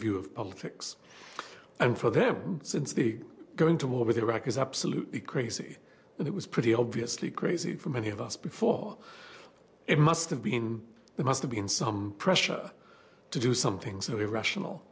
view of politics and for them since the going to war with iraq is absolutely crazy and it was pretty obviously crazy for many of us before it must have been the must have been some pressure to do something so irrational